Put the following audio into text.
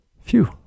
Phew